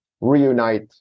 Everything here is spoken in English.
reunite